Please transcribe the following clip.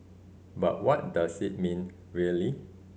but what does it mean really